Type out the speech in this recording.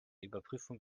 überprüfung